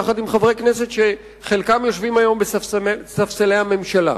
יחד עם חברי כנסת שחלקם יושבים היום בספסלי הממשלה.